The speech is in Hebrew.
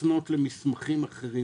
לעניין מסוים,